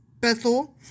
Bethel